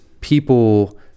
people